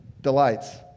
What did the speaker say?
delights